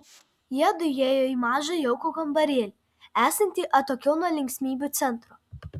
jiedu įėjo į mažą jaukų kambarėlį esantį atokiau nuo linksmybių centro